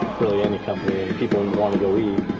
really, any company, and people wanna go eat,